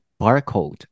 barcode